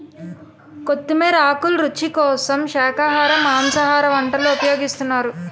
కొత్తిమీర ఆకులు రుచి కోసం శాఖాహార మాంసాహార వంటల్లో ఉపయోగిస్తున్నారు